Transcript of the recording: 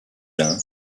lin